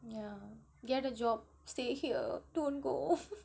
yeah get a job stay here don't go